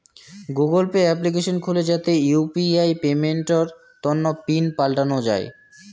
Google Pay application খুলে যাতে UPI পেমেন্টের তন্ন পিন পাল্টানো যাই